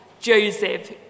joseph